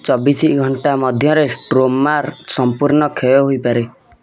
ଚବିଶ ଘଣ୍ଟା ମଧ୍ୟରେ ଷ୍ଟ୍ରୋମାର ସମ୍ପୂର୍ଣ୍ଣ କ୍ଷୟ ହୋଇପାରେ